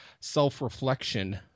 self-reflection